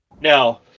Now